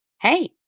Hey